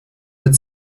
mit